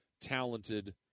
talented